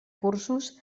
cursos